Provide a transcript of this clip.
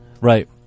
Right